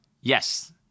yes